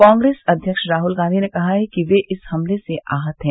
कांग्रेस अध्यक्ष राहुल गांधी ने कहा है कि वे इस हमले से आहत हैं